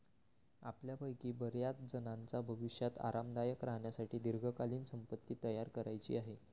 आपल्यापैकी बर्याचजणांना भविष्यात आरामदायक राहण्यासाठी दीर्घकालीन संपत्ती तयार करायची आहे